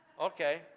Okay